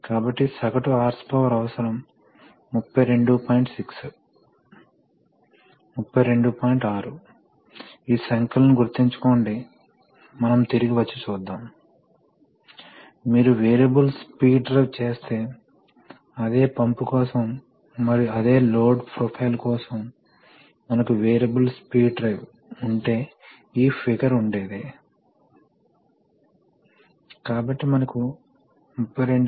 కాబట్టి terminal voltage పడిపోకుండా current తాత్కాలిక డిమాండ్లను తీర్చవచ్చు కాబట్టి ఆ కోణంలో అవి అక్క్యూమ్లేటార్ వాస్తవానికి ఒక కెపాసిటర్ ఇప్పుడు అక్క్యూమ్లేటార్ లో ప్రెషర్ ఉన్నందున నియంత్రించబడాలి ఎందుకంటే మనం ఎప్పుడైనా అక్క్యూమ్లేటార్ నుండి గాలి నిజంగా తీసినట్లైతే అప్పుడు అక్క్యూమ్లేటార్ లో ప్రెజర్ పడిపోతుంది మరియు మనకు అది అవసరమని మీకు తెలుసు ఆ ప్రెషర్ నష్టాన్ని పూడ్చుకొని మళ్ళీ ప్రెషర్ ని చేయండి మరియు ఇది సాధారణంగా హిస్టెరిసిస్ తో రిలే ను ఉపయోగించి నియంత్రించబడుతుంది